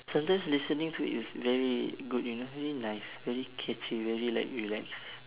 sometimes listening to it is very good you know I mean like is very catchy very like relax